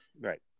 right